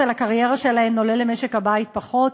על הקריירה שלהן עולה למשק-הבית פחות,